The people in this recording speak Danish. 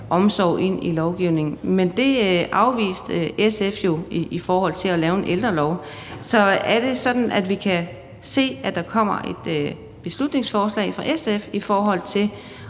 omsorg ind i lovgivningen, men det afviste SF jo i forhold til at lave en ældrelov. Så er det sådan, at vi kan se, at der kommer et beslutningsforslag fra SF's side i forhold til